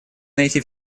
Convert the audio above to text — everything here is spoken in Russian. найти